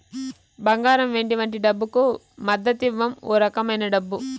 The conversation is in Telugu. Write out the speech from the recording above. బంగారం వెండి వంటి డబ్బుకు మద్దతివ్వం ఓ రకమైన డబ్బు